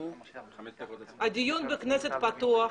הדיון בכנסת פתוח,